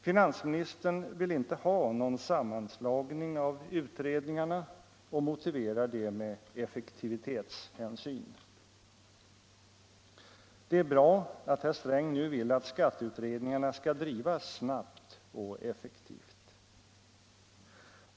Finansministern vill inte ha någon sammanslagning av utredningarna och motiverar det med effektivitetshänsyn. Det är bra att herr Sträng nu vill att skatteutredningarna skall drivas snabbt och effektivt.